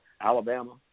Alabama